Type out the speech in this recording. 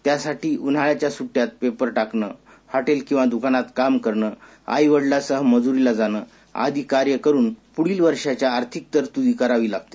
त्या साठी उन्हाळ्याच्या सुट्ट्यात पेपर टाकणं हॉटेल किंवा दुकानात काम करणं आई वडीलांसह मजुरीला जाणं आदी कार्य करून पुढील वर्षीच्या आर्थिक तरतूद करावी लागते